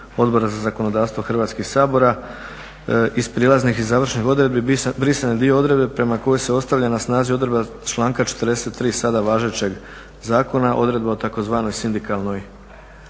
Odbora za zakonodavstvo Hrvatskog sabora iz prijelaznih i završnih odredbi brisan je dio odredbe prema kojoj se ostavlja na snazi odredba članka 43. sada važećeg zakona, odredba o tzv. sindikalnoj